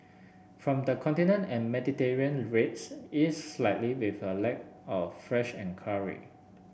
from the Continent and Mediterranean rates eased slightly with a lack of fresh enquiry